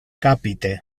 capite